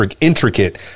intricate